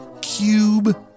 cube